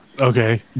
okay